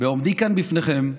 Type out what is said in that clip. בעומדי כאן בפניכם,